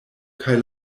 kaj